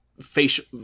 facial